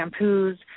shampoos